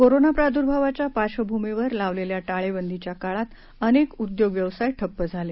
corona प्रादुर्भावाच्या पार्श्वभूमीवर लावलेल्या टा शिंदीच्या काउंत अनेक उद्योग व्यवसाय ठप्प झाले